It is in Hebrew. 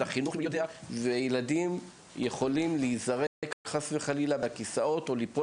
החינוך יודע וילדים יכולים להיזרק חס וחלילה ליפול